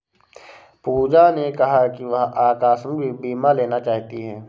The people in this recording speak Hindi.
पूजा ने कहा कि वह आकस्मिक बीमा लेना चाहती है